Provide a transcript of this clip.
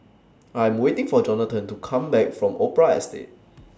I Am waiting For Johnathan to Come Back from Opera Estate